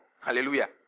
Hallelujah